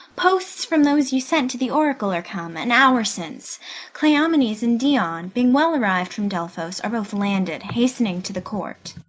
posts from those you sent to the oracle are come an hour since cleomenes and dion, being well arriv'd from delphos, are both landed, hasting to the court.